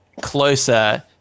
closer